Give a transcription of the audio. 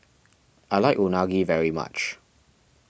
I like Unagi very much